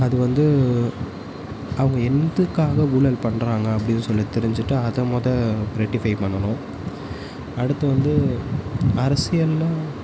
அது வந்து அவங்க எதுக்காக ஊழல் பண்ணுறாங்க அப்படின்னு சொல்லி தெரிஞ்சுட்டு அதை மொதல் ரெட்டிஃபை பண்ணணும் அடுத்து வந்து அரசியலெலாம்